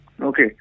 Okay